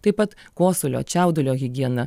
taip pat kosulio čiaudulio higiena